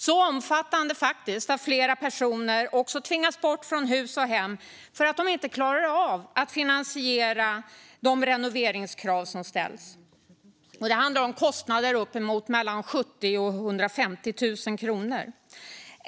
Det är faktiskt så omfattande att flera personer tvingas bort från hus och hem eftersom de inte klarar av att finansiera de renoveringskrav som ställs. Det handlar om kostnader på uppemot 70 000-150 000 kronor.